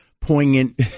poignant